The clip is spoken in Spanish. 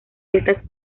estas